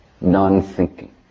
non-thinking